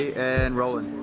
and rolling.